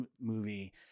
movie